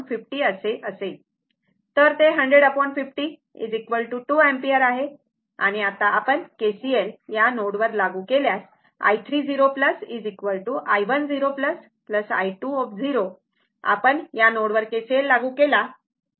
तर ते 100 50 2 अँपिअर आहे आणि आता आपण KCL या नोडवर लागू केल्यास i30 i10 i2 आपण या नोडवर KCL लागू केला